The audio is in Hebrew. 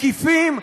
מקיפים,